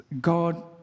God